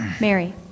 Mary